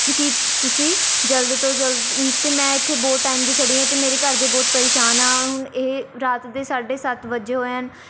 ਕਿ ਤੁਸੀਂ ਜਲਦ ਤੋਂ ਜਲਦ ਅਤੇ ਮੈਂ ਇੱਥੇ ਬਹੁਤ ਟਾਈਮ ਦੀ ਖੜ੍ਹੀ ਹਾਂ ਅਤੇ ਮੇਰੇ ਘਰਦੇ ਬਹੁਤ ਪ੍ਰੇਸ਼ਾਨ ਆ ਹੁਣ ਇਹ ਰਾਤ ਦੇ ਸਾਢੇ ਸੱਤ ਵੱਜੇ ਹੋਏ ਹਨ